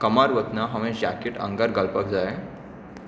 कामार वतना हांवें जॅकेट आंगार घालपाक जाय